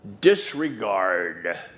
disregard